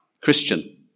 Christian